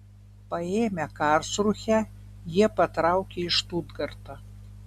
paėmę karlsrūhę jie patraukė į štutgartą